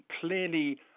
Clearly